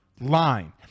line